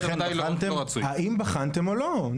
לכן האם בחנתם או לא?